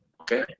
Okay